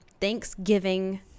Thanksgiving